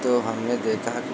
तो हमने देखा